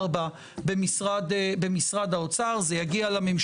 אתה עונה על השאלה השנייה ומיד נגיע לכך.